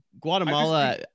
Guatemala